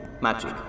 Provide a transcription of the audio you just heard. magic